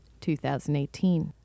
2018